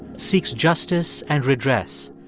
seeks justice and redress,